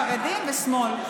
חרדים ושמאל.